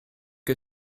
que